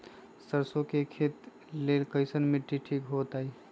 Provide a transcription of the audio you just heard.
सरसों के खेती के लेल कईसन मिट्टी ठीक हो ताई?